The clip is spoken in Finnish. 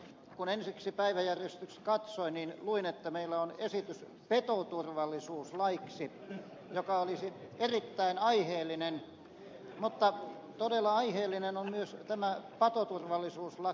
kun ensiksi päiväjärjestystä katsoin niin luin että meillä on esitys petoturvallisuuslaiksi joka olisi erittäin aiheellinen mutta todella aiheellinen on tämä patoturvallisuuslakikin